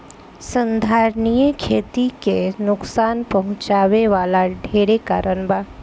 संधारनीय खेती के नुकसान पहुँचावे वाला ढेरे कारण बा